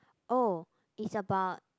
oh it's about